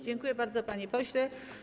Dziękuję bardzo, panie pośle.